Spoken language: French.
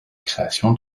création